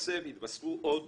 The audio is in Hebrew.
התווספו עוד